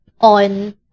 on